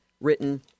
written